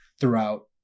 throughout